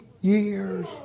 years